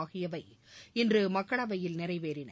ஆகியவை இன்று மக்களவையில் நிறைவேறின